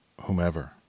whomever